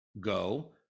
go